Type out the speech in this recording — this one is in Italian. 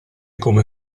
come